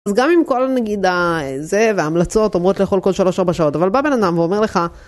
אז גם אם כל נגיד הזה והמלצות אומרות לאכול כל שלוש ארבע שעות אבל בא בן אדם ואומר לך.